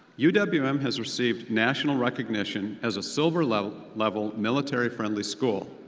u w m has received national recognition as a silver level level military-friendly school.